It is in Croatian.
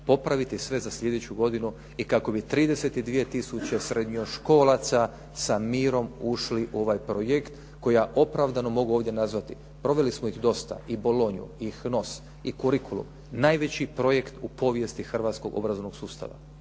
popraviti sve za sljedeću godinu i kako bi 32 tisuće srednjoškolaca sa mirom ušli u ovaj projekt koji ja opravdano ovdje mogu nazvati proveli smo ih dosta i Bolonju i HNOS i Kurikulum najveći projekt u povijesti hrvatskog obrazovanog sustava.